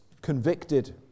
convicted